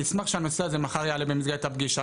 אני אשמח שהנושא הזה יעלה במסגרת הפגישה.